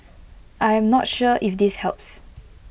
I am not sure if this helps